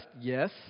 yes